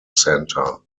centre